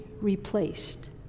replaced